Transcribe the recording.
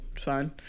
fine